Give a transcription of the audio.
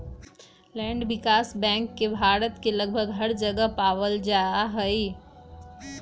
land विकास bank के भारत के लगभग हर जगह पावल जा हई